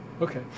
Okay